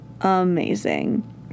amazing